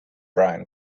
brian